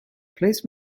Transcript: please